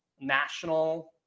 national